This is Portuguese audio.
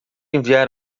enviar